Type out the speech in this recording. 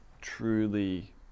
truly